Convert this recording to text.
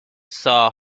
saw